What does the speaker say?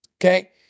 okay